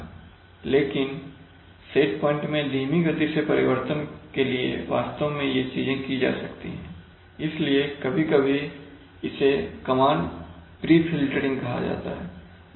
लेकिन set point में धीमी गति से परिवर्तन के लिए वास्तव में ये चीजें की जा सकती हैं इसलिए कभी कभी इसे कमांड प्री फिल्टरिंग कहा जाता है